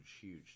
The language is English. huge